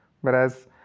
Whereas